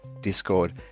Discord